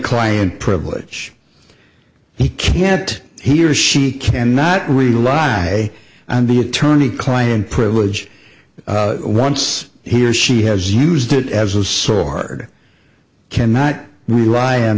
client privilege he can't here she cannot rely on the attorney client privilege once he or she has used it as a sore cannot rely on